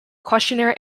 questionnaire